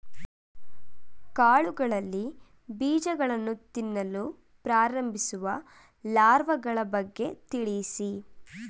ಕಾಳುಗಳಲ್ಲಿ ಬೀಜಗಳನ್ನು ತಿನ್ನಲು ಪ್ರಾರಂಭಿಸುವ ಲಾರ್ವಗಳ ಬಗ್ಗೆ ತಿಳಿಸಿ?